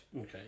Okay